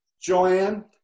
Joanne